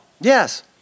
Yes